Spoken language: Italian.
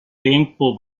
tempo